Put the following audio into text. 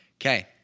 Okay